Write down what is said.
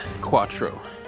Quattro